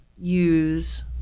use